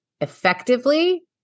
Effectively